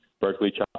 Berkeley